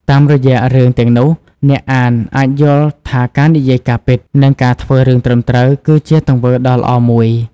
តាមរយៈរឿងទាំងនោះ អ្នកអានអាចយល់ថាការនិយាយការពិត និងការធ្វើរឿងត្រឹមត្រូវ គឺជាទង្វើដ៏ល្អមួយ។